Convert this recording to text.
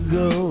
go